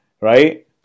right